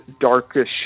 darkish